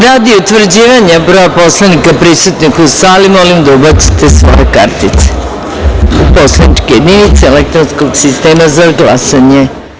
Rado utvrđivanja broja poslanika prisutnih u sali, molim da ubacite svoje kartice u poslaničke jedinice elektronskog sistema za glasanje.